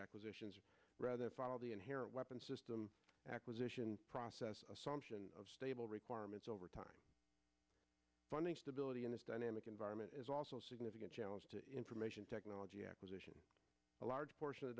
acquisitions rather follow the inherent weapons system acquisition process assumption of stable requirements over time funding stability in this dynamic environment is also significant challenge to information technology acquisition a large portion of